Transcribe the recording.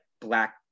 black